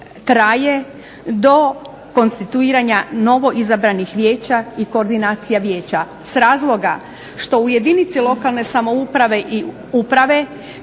do konstituiranja novoizabranih vijeća i koordinacija vijeća s razloga što u jedinice lokalne samouprave i uprave